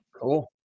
cool